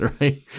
right